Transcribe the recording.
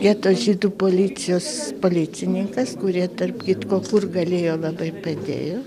geto žydų policijos policininkas kurie tarp kitko kur galėjo labai padėjo